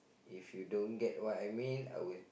if you don't get what I mean I will